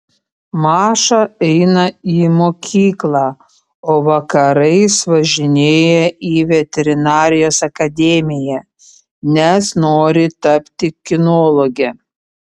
maša eina į mokyklą o vakarais važinėja į veterinarijos akademiją nes nori tapti kinologe